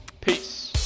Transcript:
Peace